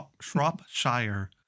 Shropshire